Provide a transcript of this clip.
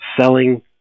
selling